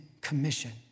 commission